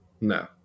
No